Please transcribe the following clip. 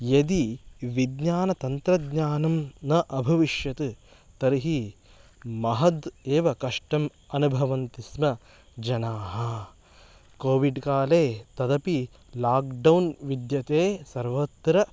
यदि विज्ञानतन्त्रज्ञानं न अभविष्यत् तर्हि महदेव कष्टम् अनुभवन्ति स्म जनाः कोविड् काले तदपि लाक्डौन् विद्यते सर्वत्र